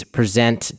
present